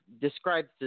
describes